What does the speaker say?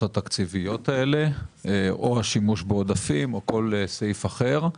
התקציביות הללו או השימוש בעודפים או כל סעיף אחר.